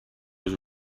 was